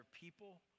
people